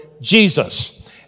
Jesus